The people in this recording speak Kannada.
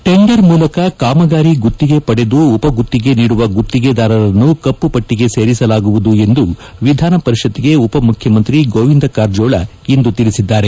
ಟೆಂಡರ್ ಮೂಲಕ ಕಾಮಗಾರಿ ಗುತ್ತಿಗೆ ಪಡೆದು ಉಪ ಗುತ್ತಿಗೆ ನೀಡುವ ಗುತ್ತಿಗೆದಾರರನ್ನು ಕಪ್ಪು ಪಟ್ಟಿಗೆ ಸೇರಿಸಲಾಗುವುದು ಎಂದು ವಿಧಾನಪರಿಷತ್ಗೆ ಉಪಮುಖ್ಯಮಂತ್ರಿ ಗೋವಿಂದ ಕಾರಜೋಳ ಇಂದು ತಿಳಿಸಿದ್ದಾರೆ